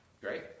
Great